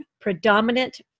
predominant